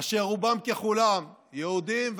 אשר רובם ככולם, יהודים וערבים,